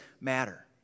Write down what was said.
matter